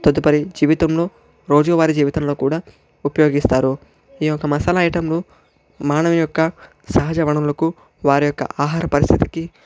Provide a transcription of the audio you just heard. తదుపరి జీవితంలో రోజూ వారి జీవితంలో కూడా ఉపయోగిస్తారు ఈ యొక్క మసాలా ఐటెంలు మానవుని యొక్క సహజ వనరులకు వారి యొక్క ఆహార పరిస్థితికి